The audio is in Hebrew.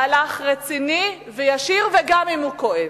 מהלך רציני וישיר, גם אם הוא כואב.